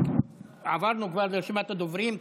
עברנו כבר לרשימת הדוברים.